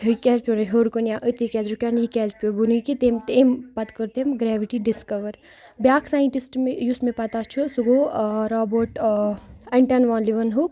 ہے کیٛازِ پٮ۪و نہٕ ہیٚور کُن یا أتی کیٛازِ رُکیو نہٕ یہِ کیٛازِ پٮ۪و بۅنے کہ تٔمۍ تٔمہِ پتہٕ کٔر تٔمۍ گریٚوٹی ڈِسکوَر بیٛاکھ ساینٹِسٹ مےٚ یُس مےٚ پَتاہ چھُ سُہ گوٚو رابوٹ اینٹین والِیو ہُک